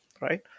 right